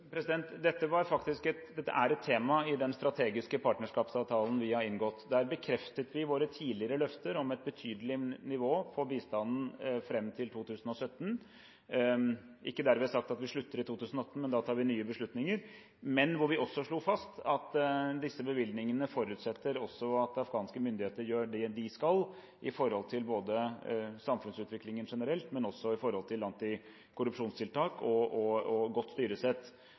Dette er et tema i den strategiske partnerskapsavtalen vi har inngått. Der bekreftet vi våre tidligere løfter om et betydelig nivå på bistanden fram til 2017 – det er ikke dermed sagt at vi slutter i 2018, men da tar vi nye beslutninger – og vi slo også fast at disse bevilgningene forutsetter at afghanske myndigheter gjør det de skal når det gjelder samfunnsutviklingen generelt, men også med tanke på antikorrupsjonstiltak og godt styresett.